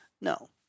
No